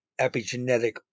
epigenetic